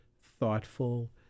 thoughtful